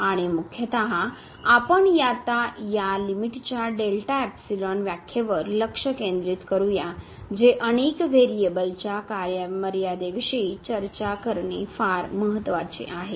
आणि मुख्यत आपण आता या लिमिटच्या डेल्टा एप्सिलॉन व्याख्येवर लक्ष केंद्रित करूया जे अनेक व्हेरिएबलच्या कार्ये मर्यादेविषयी चर्चा करणे फार महत्वाचे आहे